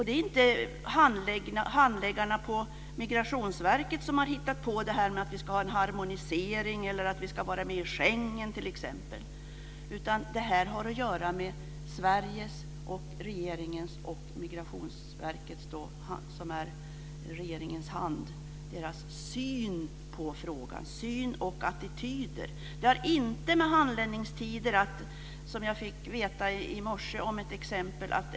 Det är inte handläggarna på Migrationsverket som har hittat på det här med att vi ska ha en harmonisering eller att vi ska vara med i Schengen t.ex., utan det här har att göra med Sveriges, regeringens och Migrationsverkets - som är regeringens hand - syn på frågan. Det handlar om syn och attityder. Det har inte med handläggningstider att göra. Jag fick höra om ett exempel i morse.